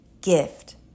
gift